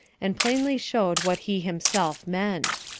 and plainly showed what he himself meant.